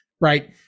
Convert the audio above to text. Right